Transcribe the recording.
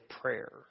Prayer